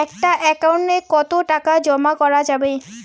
একটা একাউন্ট এ কতো টাকা জমা করা যাবে?